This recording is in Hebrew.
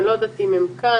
אני לא יודעת אם הם כאן,